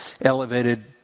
elevated